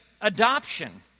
adoption